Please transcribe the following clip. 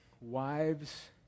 wives